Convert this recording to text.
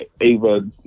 Ava